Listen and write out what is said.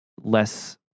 Less